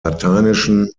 lateinischen